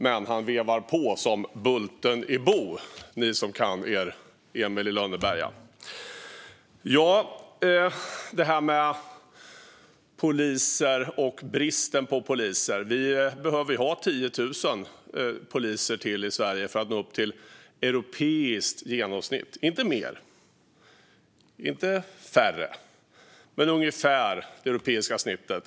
Men han vevar på som Bulten i Bo, vilket ni som kan er Emil i Lönneberga förstår. När det gäller antalet poliser och bristen på poliser behöver vi ha 10 000 till poliser i Sverige för att nå upp till ett europeiskt genomsnitt - inte fler och inte färre men ungefär upp till det europeiska genomsnittet.